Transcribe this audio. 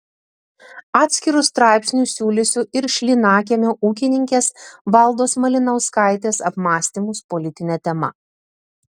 atskiru straipsniu siūlysiu ir šlynakiemio ūkininkės valdos malinauskaitės apmąstymus politine tema